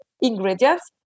ingredients